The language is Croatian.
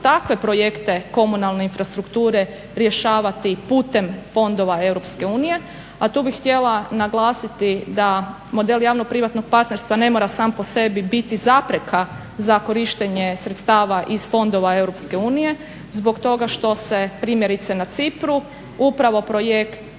takve projekte komunalne infrastrukture rješavati putem fondova Europske unije, a tu bih htjela naglasiti da model javno-privatnog partnerstva ne mora sam po sebi biti zapreka za korištenje sredstava iz fondova Europske unije zbog toga što se primjerice na Cipru upravo projekt